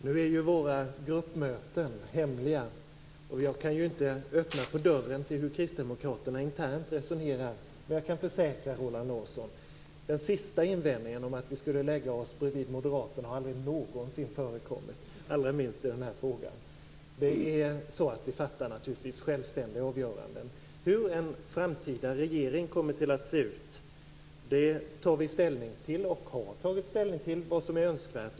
Herr talman! Nu är ju våra gruppmöten hemliga. Jag kan inte öppna på dörren för hur Kristdemokraterna internt resonerar. Men jag kan försäkra Roland Larsson att den sista invändningen om att vi skulle lägga oss bredvid Moderaterna aldrig någonsin har förekommit, allra minst i den här frågan. Vi fattar naturligtvis självständigt våra avgöranden. Hur en framtida regering kommer att se ut tar vi ställning till, och har tagit ställning till, mot bakgrund av vad som är önskvärt.